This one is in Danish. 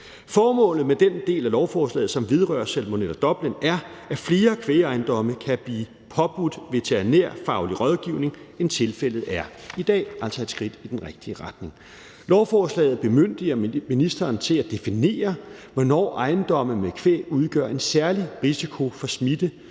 Formålet med den del af lovforslaget, som vedrører Salmonella Dublin, er, at flere kvægejendomme kan blive påbudt veterinærfaglig rådgivning, end tilfældet er i dag, altså et skridt i den rigtige retning. Lovforslaget bemyndiger ministeren til at definere, hvornår ejendomme med kvæg udgør en særlig risiko for smitte